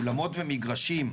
אולמות ומגרשים,